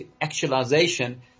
actualization